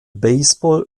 baseball